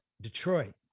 Detroit